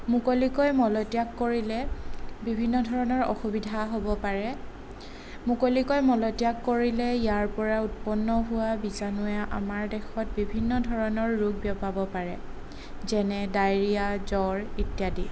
মুকলিকৈ মলত্যাগ কৰিলে বিভিন্ন ধৰণৰ অসুবিধা হ'ব পাৰে মুকলিকৈ মলত্যাগ কৰিলে ইয়াৰ পৰা উৎপন্ন হোৱা বীজাণুয়ে আমাৰ দেহত বিভিন্ন ধৰণৰ ৰোগ বিয়পাব পাৰে যেনে ডায়েৰীয়া জ্বৰ ইত্যাদি